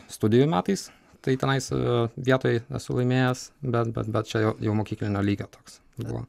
studijų metais tai tenais vietoj esu laimėjęs bet bet bet čia jau mokyklinio lygio toks buvo